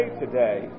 today